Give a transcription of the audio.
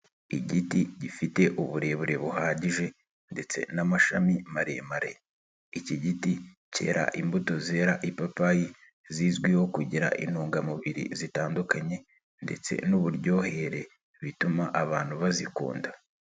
Igiti gifite uburebure buhagije ndetse n'amashami maremare, iki giti cyera imbuto zera ipapayi zizwiho kugira intungamubiri zitandukanye ndetse n'uburyohere bituma abantu bazikunda.